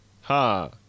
ha